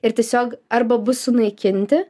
ir tiesiog arba bus sunaikinti